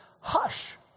Hush